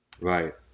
Right